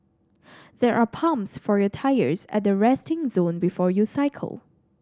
there are pumps for your tyres at the resting zone before you cycle